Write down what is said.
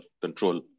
control